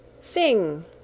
sing